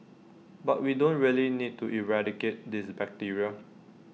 but we don't really need to eradicate this bacteria